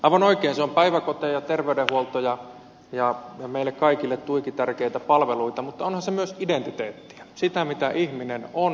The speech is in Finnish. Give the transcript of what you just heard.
aivan oikein se on päiväkoteja terveydenhuoltoa ja meille kaikille tuiki tärkeitä palveluita mutta onhan se myös identiteettiä sitä mitä ihminen on